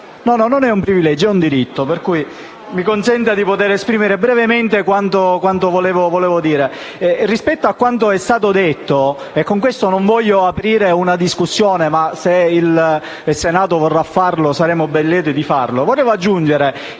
non è un privilegio, è un diritto. Mi consenta di poter esprimere brevemente quanto volevo dire. Rispetto a quanto detto - e con questo non voglio aprire un dibattito, ma se il Senato vorrà farlo saremo ben lieti di